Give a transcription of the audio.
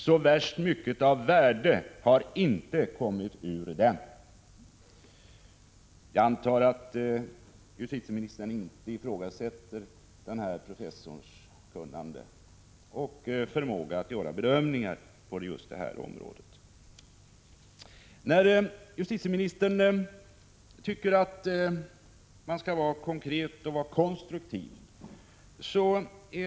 Så värst mycket av värde har inte kommit ut ur den.” Jag antar att justitieministern inte ifrågasätter professor Allardts kunnan Prot. 1985/86:116 de och förmåga att göra bedömningar på detta område. Justitieministern tycker att man skall vara konkret och konstruktiv.